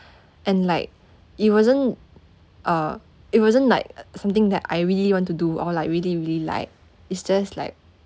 and like it wasn't uh it wasn't like something that I really want to do or like really really like it's just like